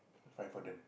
find for them